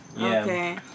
Okay